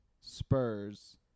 Spurs